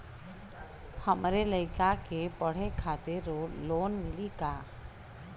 हमरे लयिका के पढ़े खातिर लोन मिलि का?